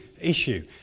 issue